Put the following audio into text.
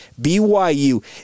BYU